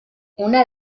una